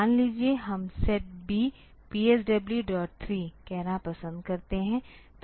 मान लीजिए हम SETB PSW3 कहना पसंद करते हैं